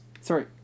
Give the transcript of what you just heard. Sorry